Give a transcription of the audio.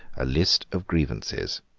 a list of grievances.